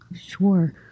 sure